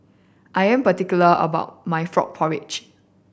I am particular about my frog porridge